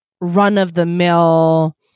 run-of-the-mill